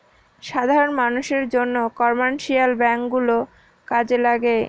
সাধারন মানষের জন্য কমার্শিয়াল ব্যাঙ্ক গুলো কাজে লাগে